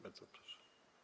Bardzo proszę.